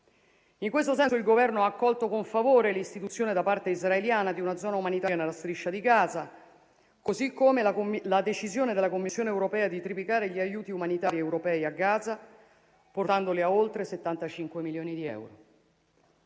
In questo senso, il Governo ha accolto con favore l'istituzione da parte israeliana di una zona umanitaria nella Striscia di Gaza, così come la decisione della Commissione europea di triplicare gli aiuti umanitari europei a Gaza, portandoli a oltre 75 milioni di euro.